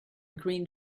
green